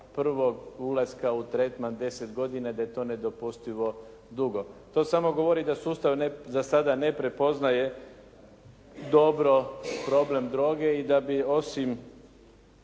prvog ulaska u tretman deset godina i da je to nedopustivo dugo. To samo govori da sustav za sada ne prepoznaje dobro problem droge i da bi osim